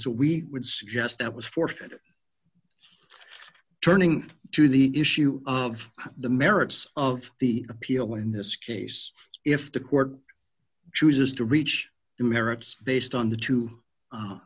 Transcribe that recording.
so we would suggest that was forced into turning to the issue of the merits of the appeal in this case if the court chooses to reach the merits based on the two